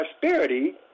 prosperity